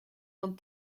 dan